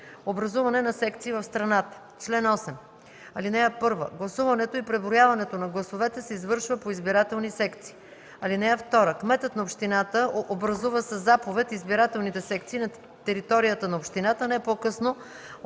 „Образуване на секции в страната Чл. 8. (1) Гласуването и преброяването на гласовете се извършва по избирателни секции. (2) Кметът на общината образува със заповед избирателните секции на територията на общината не по-късно